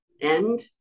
end